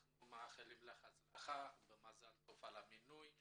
אנחנו מאחלים לך הצלחה ומזל טוב על המינוי.